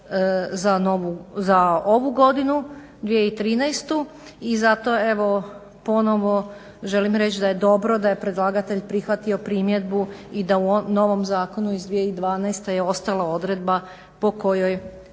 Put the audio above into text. za ovu godinu 2013. I zato evo ponovo želim reći da je dobro da je predlagatelj prihvatio primjedbu i da u novom zakonu iz 2012.je ostala odredba po kojoj